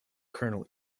kernel